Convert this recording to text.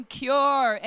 cure